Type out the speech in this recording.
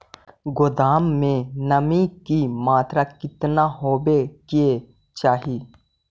गोदाम मे नमी की मात्रा कितना होबे के चाही?